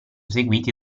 seguiti